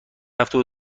هفتاد